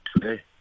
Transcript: today